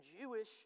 Jewish